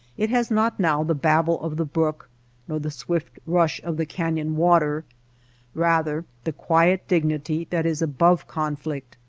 it has not now the babble of the brook nor the swift rush of the canyon water rather the quiet dignity that is above conflict,